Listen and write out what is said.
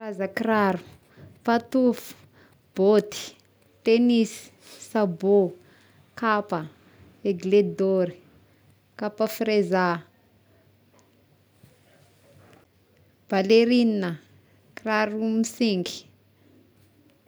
Karaza kiraro: patofo, bôty, tenisy, sabô, kapa, aigle dôry, kapa frezà, balerignà, kiraro misingy.